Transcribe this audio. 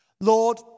Lord